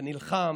ונלחם,